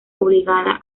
obligada